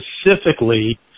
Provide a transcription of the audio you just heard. specifically